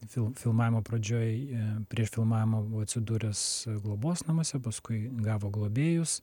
fil filmavimo pradžioj prieš filmavimą buvo atsidūręs globos namuose paskui gavo globėjus